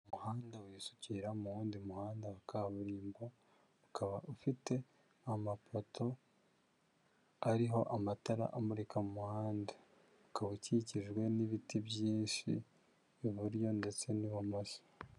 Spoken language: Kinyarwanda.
Umuhanda wisukira mu wundi muhanda wa kaburimbo, ukaba ufite amapoto ariho amatara amurika mu muhanda. Ukaba ukikijwe n'ibiti byinshi iburyo ndetse n'ibumoso.